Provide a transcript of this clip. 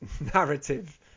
narrative